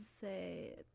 say